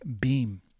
beam